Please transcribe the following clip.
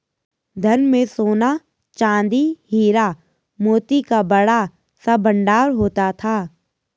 धन में सोना, चांदी, हीरा, मोती का बड़ा सा भंडार होता था